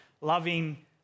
loving